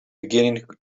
beginning